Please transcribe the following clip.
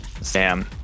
Sam